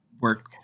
work